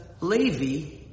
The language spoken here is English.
Levi